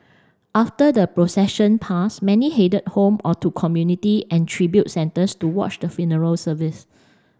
after the procession pass many headed home or to community and tribute centres to watch the funeral service